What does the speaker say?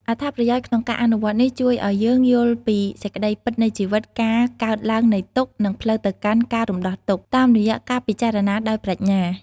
អត្ថប្រយោជន៍ ក្នុងការអនុវត្តន៍នេះជួយឲ្យយើងយល់ពីសេចក្តីពិតនៃជីវិត ការកើតឡើងនៃទុក្ខ និងផ្លូវទៅកាន់ការរំដោះទុក្ខ តាមរយៈការពិចារណាដោយប្រាជ្ញា។